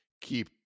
keep